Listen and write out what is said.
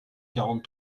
quarante